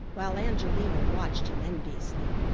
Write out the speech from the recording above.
while angelina watched him enviously,